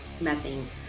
methane